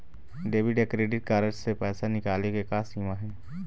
Debit या credit card से पैसा निकाले के का सीमा हे?